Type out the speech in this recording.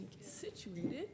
situated